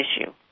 issue